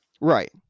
Right